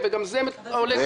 וגם מחוץ לממשלה -- זה לא מספיק.